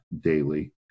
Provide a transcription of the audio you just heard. daily